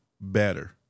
better